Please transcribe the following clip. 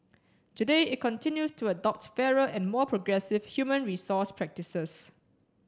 today it continues to adopt fairer and more progressive human resource practices